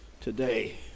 today